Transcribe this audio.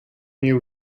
knew